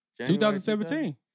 2017